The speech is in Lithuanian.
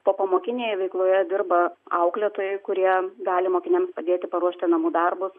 popamokinėje veikloje dirba auklėtojai kurie gali mokiniams padėti paruošti namų darbus